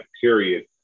period